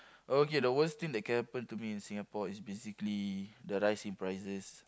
okay the worst thing that can happen to me in Singapore is basically the rise in prices